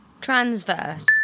Transverse